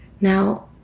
Now